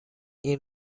این